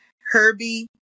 Herbie